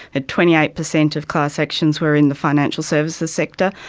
ah twenty eight percent of class actions were in the financial services sector,